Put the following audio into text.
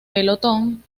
pelotón